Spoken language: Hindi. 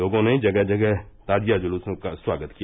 लोगों ने जगह जगह ताजिया जुलूसों का स्वागत किया